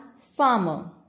farmer